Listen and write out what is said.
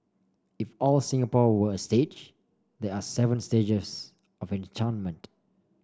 if all Singapore were a stage there are seven stages of enchantment